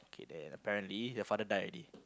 then apparently her father die already